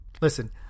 Listen